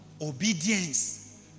Obedience